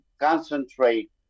concentrate